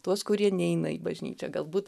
tuos kurie neina į bažnyčią galbūt